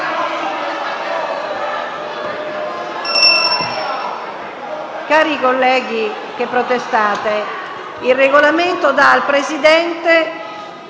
Cari colleghi che protestate, il Regolamento dà al Presidente